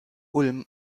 ulm